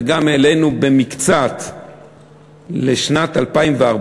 וגם העלינו במקצת לשנת 2014,